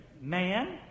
man